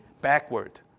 backward